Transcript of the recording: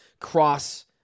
cross